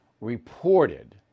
reported